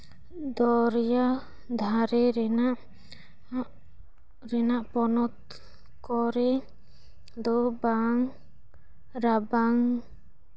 ᱫᱚᱨᱭᱟ ᱫᱷᱟᱨᱮ ᱨᱮᱱᱟᱜ ᱨᱮᱱᱟᱜ ᱯᱚᱱᱚᱛ ᱠᱚᱨᱮ ᱫᱚ ᱵᱟᱝ ᱨᱟᱵᱟᱝ